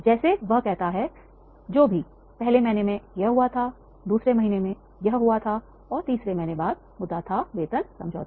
जैसा वह कहता हैजो भी पहले महीने में यह हुआ था दूसरे महीने में यह हुआ था और 3 महीने बाद मुद्दा था वेतन समझौता